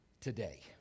today